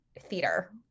theater